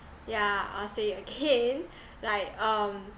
yeah I'll say again like um